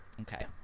Okay